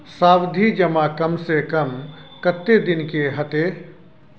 सावधि जमा कम से कम कत्ते दिन के हते?